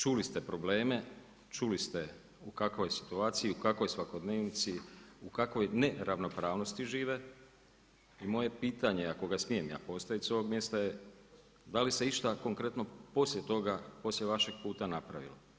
Čuli ste probleme, čuli ste u kakvoj je situaciji, u kakvoj svakodnevnici, u kakvoj neravnopravnosti žive, i moje pitanje je je ako ga smijem ja postaviti s ovog mjesta, da li se išta konkretno poslije toga, poslije vašeg puta napravilo?